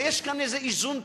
יש כאן איזה איזון פנימי.